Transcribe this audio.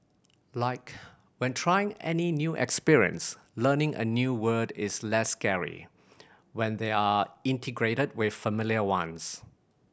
like when trying any new experience learning a new word is less scary when they are integrated with familiar ones